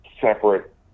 separate